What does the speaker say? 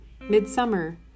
midsummer